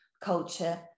culture